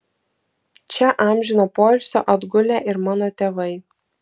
čia amžino poilsio atgulę ir mano tėvai